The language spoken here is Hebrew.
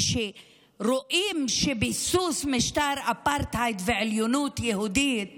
כאשר רואים שביסוס משטר אפרטהייד ועליונות יהודית